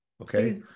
okay